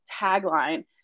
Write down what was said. tagline